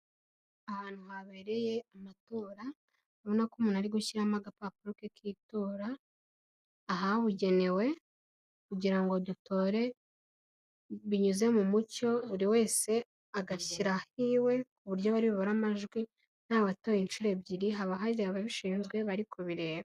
Ahantu habereye amatora abona ko umuntu ari gushyimo agapapuro ke k'itora ahabugenewe, kugira ngo dutore binyuze mu mucyo, buri wese agashyira ahiwe ku buryo bari bubare amajwi ntawatoye inshuro ebyiri, haba hari ababishinzwe bari kubireba.